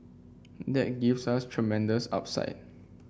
that gives us tremendous upside